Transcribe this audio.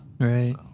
Right